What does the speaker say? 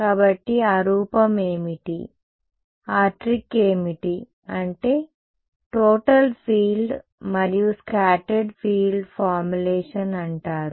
కాబట్టి ఆ రూపం ఏమిటి ఆ ట్రిక్ ఏమిటి అంటే టోటల్ ఫీల్డ్ మరియు స్కాటర్డ్ ఫీల్డ్ ఫార్ములేషన్ అంటారు